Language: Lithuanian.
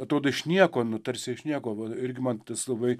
atrodo iš nieko nu tarsi iš nieko irgi man jis labai